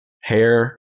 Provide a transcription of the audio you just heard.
hair